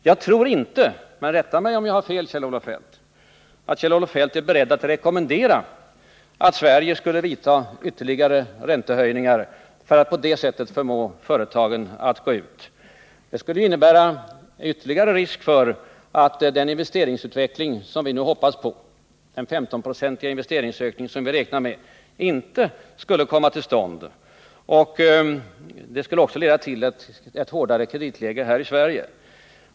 Jag tror inte — men rätta mig om jag har fel, Kjell-Olof Feldt — att Kjell-Olof Feldt är beredd att rekommendera att Sverige skulle vidta ytterligare räntehöjningar för att på det sättet förmå företagen att gå ut och låna. Det skulle innebära ytterligare risk för att den investeringsutveckling som vi nu hoppas på — dvs. den 15-procentiga investeringsökning som vi räknar med -— skulle försvåras. Det skulle också leda till ett hårdare kreditläge här i Sverige.